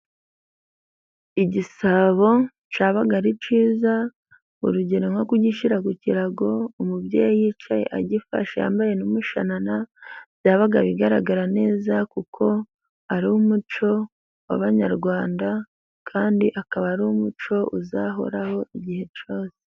Igisabo cyabaga ari cyiza urugero nko kugishyira ku kirago umubyeyi yicaye agifashe yambaye n'umushanana, byabaga bigaragara neza kuko ari umuco w'abanyarwanda kandi akaba ari umuco uzahoraho igihe cyose.